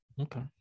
Okay